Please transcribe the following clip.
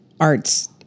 arts